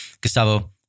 Gustavo